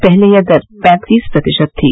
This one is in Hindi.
पहले यह दर पैंतीस प्रतिशत थी